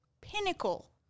pinnacle